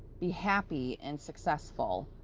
be happy and successful.